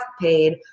paid